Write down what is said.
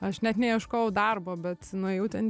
aš net neieškojau darbo bet nuėjau ten